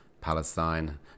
Palestine